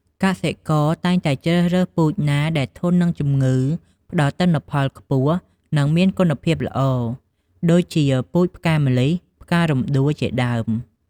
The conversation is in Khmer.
កសិករតែងជ្រើសរើសពូជណាដែលធន់នឹងជំងឺ ផ្ដល់ទិន្នផលខ្ពស់ និងមានគុណភាពល្អ ដូចជាពូជផ្កាម្លិះ ផ្ការំដួល ជាដើម។